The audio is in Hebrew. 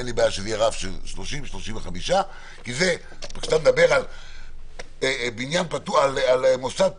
אין לי בעיה שזה יהיה רף של 35-30. כשאתה מדבר על מוסד פתוח,